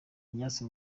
ignace